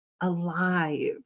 alive